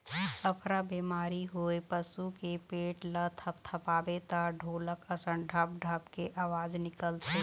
अफरा बेमारी होए पसू के पेट ल थपथपाबे त ढोलक असन ढप ढप के अवाज निकलथे